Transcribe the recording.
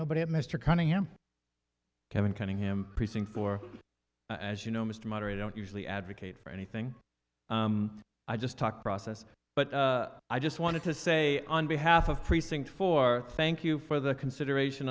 it mr cunningham kevin cunningham precinct four as you know mr moderate don't usually advocate for anything i just talk process but i just wanted to say on behalf of precinct four thank you for the consideration